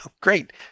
great